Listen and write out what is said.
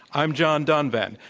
i'm john donvan.